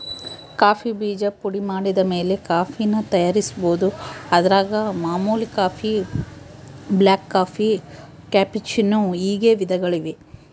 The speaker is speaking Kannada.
ಕಾಫಿ ಬೀಜ ಪುಡಿಮಾಡಿದಮೇಲೆ ಕಾಫಿನ ತಯಾರಿಸ್ಬೋದು, ಅದರಾಗ ಮಾಮೂಲಿ ಕಾಫಿ, ಬ್ಲಾಕ್ಕಾಫಿ, ಕ್ಯಾಪೆಚ್ಚಿನೋ ಹೀಗೆ ವಿಧಗಳಿವೆ